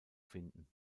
finden